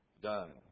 done